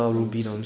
the ruby skin